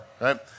right